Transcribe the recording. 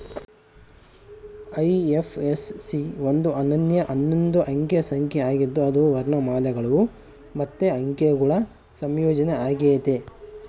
IFSC ಒಂದು ಅನನ್ಯ ಹನ್ನೊಂದು ಅಂಕೆ ಸಂಖ್ಯೆ ಆಗಿದ್ದು ಅದು ವರ್ಣಮಾಲೆಗುಳು ಮತ್ತೆ ಅಂಕೆಗುಳ ಸಂಯೋಜನೆ ಆಗೆತೆ